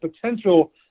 potential